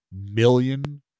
million